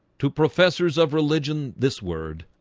to professors of religion this word